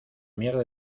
mierda